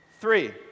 Three